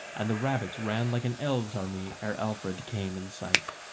and the rabbits ran like an elves' army ere alfred came in sight.